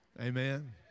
Amen